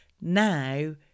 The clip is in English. Now